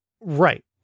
Right